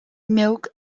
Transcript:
milk